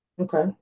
Okay